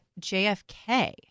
JFK